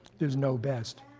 there's no best.